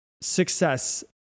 success